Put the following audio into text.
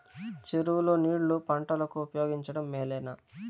చెరువు లో నీళ్లు పంటలకు ఉపయోగించడం మేలేనా?